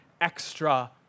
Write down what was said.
extra